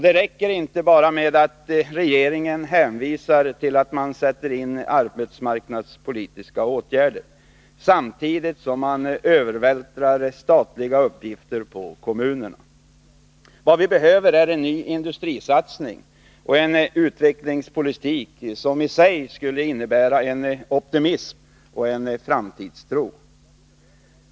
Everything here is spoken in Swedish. Det räcker inte bara med att regeringen hänvisar till att man sätter in arbetsmarknadspolitiska åtgärder, samtidigt som man övervältrar statliga uppgifter på kommunerna. Vad vi behöver är en ny industrisatsning och en utvecklingspolitik som i sig skulle innebära en optimism och framtidstro.